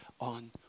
on